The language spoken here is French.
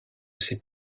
ces